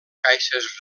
caixes